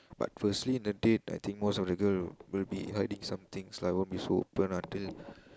but firstly in a date I think most of the girl will be hiding some things lah won't be so open until